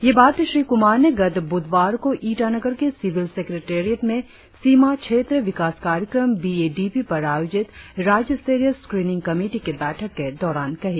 ये बात श्री कुमार ने गत बुधवार को ईटानगर के सिविल सेक्रेटेरियत में सीमा क्षेत्र विकास कार्यक्रम बी ए डी पी पर आयोजित राज्य स्तरीय स्क्रीनिंग कमेटी की बैठक के दौरान कही